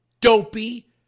dopey